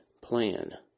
plan